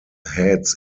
heads